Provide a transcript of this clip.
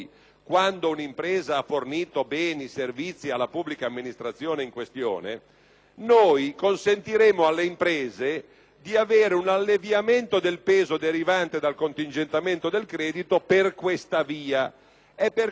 consentiremmo alle imprese di avere un alleviamento del peso derivante dal contingentamento del credito per questa via. È per questo che, a mio giudizio, nel provvedimento un emendamento di questo tipo - questo sì